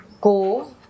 go